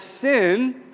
sin